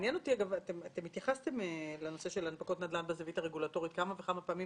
אתם התייחסתם לנושא של הנפקות נדל"ן מהזווית הרגולטורית כמה וכמה פעמים